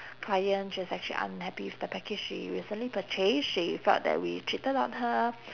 client she's actually unhappy with the package she recently purchased she felt that we cheated on her